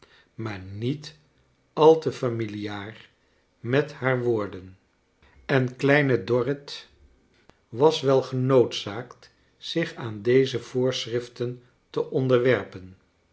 maar niet al te familiaar met haar worden en kleine dorrit was wel genoodzaakt zich aan deze voorschriften te onderwerpen